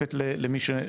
תוספת למי שנוחת?